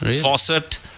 Faucet